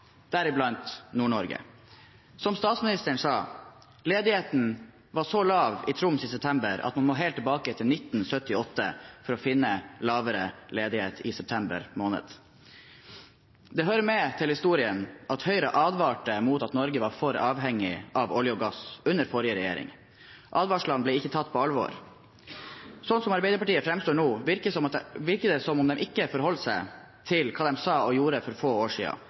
deriblant Nord-Norge. Som statsministeren sa, ledigheten var så lav i Troms i september at man må helt tilbake til 1978 for å finne lavere ledighet i september måned. Det hører med til historien at Høyre advarte mot at Norge var for avhengig av olje og gass under forrige regjering. Advarslene ble ikke tatt på alvor. Slik som Arbeiderpartiet framstår nå, virker det som om de ikke forholder seg til hva de sa og gjorde for få år